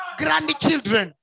grandchildren